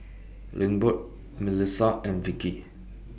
Lindbergh Milissa and Vickie